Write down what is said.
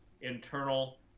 internal